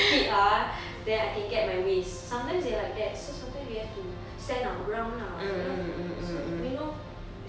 kid ah then I can get my ways sometimes they're like that so sometimes we have to stand our ground lah ya so you know